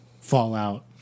Fallout